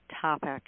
topic